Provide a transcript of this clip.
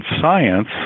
Science